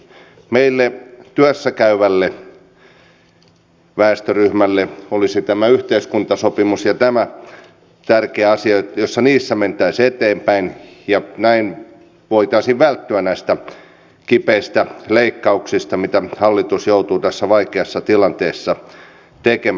meille työssä käyvälle väestöryhmälle olisi tämä yhteiskuntasopimus tärkeä asia ja jos siinä mentäisiin eteenpäin näin voitaisiin välttyä näiltä kipeiltä leikkauksilta mitä hallitus joutuu tässä vaikeassa tilanteessa tekemään